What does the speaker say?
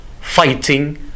fighting